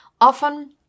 Often